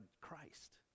christ